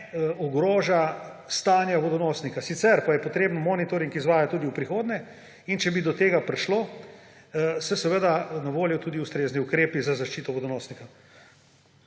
ogroža stanja vodonosnika. Sicer pa je treba monitoring izvajati tudi v prihodnje in če bi do tega prišlo, so seveda na voljo tudi ustrezni ukrepi za zaščito vodonosnika.